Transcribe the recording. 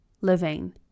living